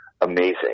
amazing